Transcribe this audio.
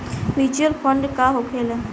Mutual fund का होखेला?